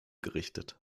gerichtet